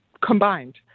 combined